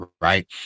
right